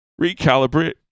recalibrate